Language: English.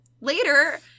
later